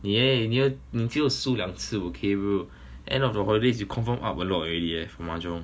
你 eh 你 eh 你只有输两次 okay bro end of the holidays you confirm up alot already eh for mahjong